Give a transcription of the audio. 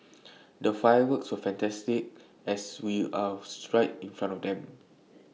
the fireworks were fantastic as we were right in front of them